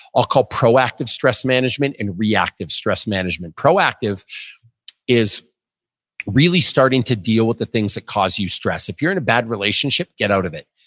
i'll call it proactive stress management, and reactive stress management proactive is really starting to deal with the things that cause you stress. if you're in a bad relationship, get out of it.